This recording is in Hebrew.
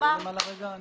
בחקיקה אחרת?